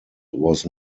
was